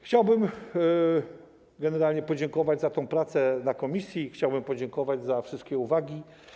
Chciałbym generalnie podziękować za tę pracę komisji, chciałbym podziękować za wszystkie uwagi.